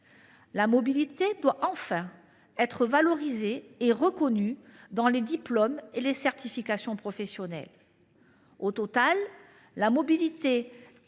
la mobilité doit être valorisée et reconnue dans les diplômes et dans les certifications professionnelles. En somme, la mobilité